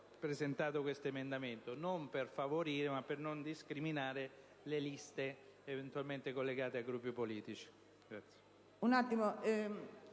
presentato l'emendamento 12.206: non per favorire ma per non discriminare le liste eventualmente collegate a gruppi politici. Ritiro